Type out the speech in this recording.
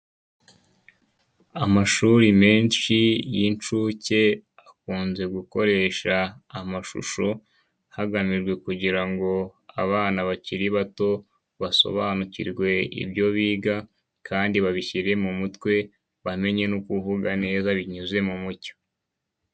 Amashuri menshi y'inshuke akunze gukoresha amashusho, hagamijwe kugira ngo abana bakiri bato basobanukirwe ibyo biga, kandi babishyire mu mutwe, bamenye no kuvuga neza binyuze mu mucyo.